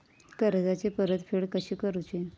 कर्जाची परतफेड कशी करुची?